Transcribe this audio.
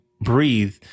breathe